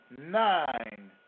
nine